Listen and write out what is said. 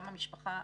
גם המשפחה,